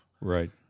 right